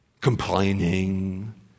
Complaining